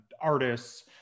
artists